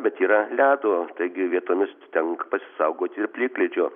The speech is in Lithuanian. bet yra ledo taigi vietomis tenka pasisaugot ir plikledžio